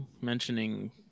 mentioning